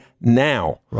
now